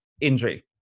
injury